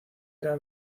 era